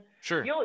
Sure